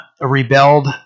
rebelled